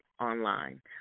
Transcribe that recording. Online